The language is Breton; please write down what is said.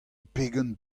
pegen